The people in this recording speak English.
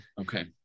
Okay